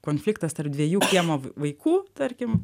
konfliktas tarp dviejų kiemo vaikų tarkim